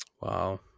wow